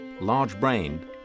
large-brained